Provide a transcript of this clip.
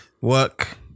Work